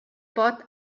pot